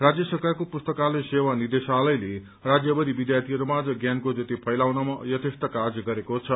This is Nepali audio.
राज्य सरकारको पुस्तकालय सेवा निदेशालयले राज्यभरि विद्यार्थीहरूमाझ ज्ञानको ज्योति फैलाउनमा यथेष्ट कार्य गरेको छ